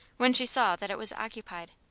when she saw that it was occupied.